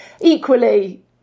equally